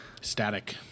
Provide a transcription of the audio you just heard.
Static